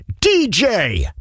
DJ